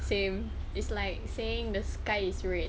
same it's like saying the sky is red